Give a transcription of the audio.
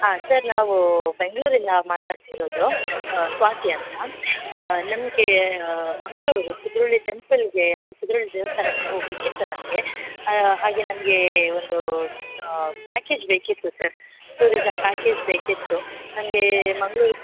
ಹಾಂ ಸರ್ ನಾವು ಬೆಂಗಳೂರಿಂದ ಮಾತಾಡ್ತಿರೋದು ಸ್ವಾತಿ ಅಂತ ನಿಮಗೆ ಮಂಗ್ಳೂರು ಕುದ್ರೋಳಿ ಟೆಂಪಲ್ಗೆ ಅಂದ್ರೆ ಕುದ್ರೋಳಿ ದೇವಸ್ಥಾನಕ್ಕೆ ಹೋಗ್ಲಿಕ್ಕೆ ಇತ್ತು ನನ್ಗೆನಗೆ ಹಾಗೆ ನನಗೆ ಒಂದು ಪ್ಯಾಕೇಜ್ ಬೇಕಿತ್ತು ಸರ್ ಟೂರಿಸಮ್ ಪ್ಯಾಕೇಜ್ ಬೇಕಿತ್ತು ನನಗೆ ಮಂಗ್ಳೂರು